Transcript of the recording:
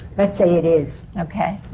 let's say it is. okay.